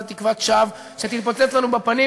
זו תקוות שווא שתתפוצץ לנו בפנים,